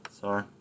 Sorry